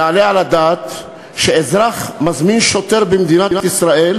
היעלה על הדעת שאזרח מזמין שוטר במדינת ישראל,